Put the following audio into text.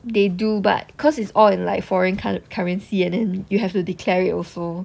they do but cause it's all in like foreign currency and then you have to declare it also